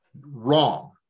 wrong